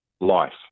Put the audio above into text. life